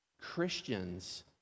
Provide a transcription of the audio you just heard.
Christians